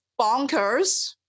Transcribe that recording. bonkers